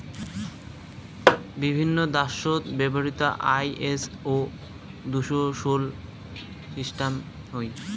বিভিন্ন দ্যাশত ব্যবহৃত আই.এস.ও দুশো ষোল সিস্টাম হই